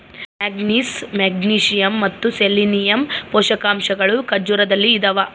manganese magnesium ಮತ್ತು selenium ಪೋಷಕಾಂಶಗಳು ಖರ್ಜೂರದಲ್ಲಿ ಇದಾವ